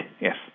yes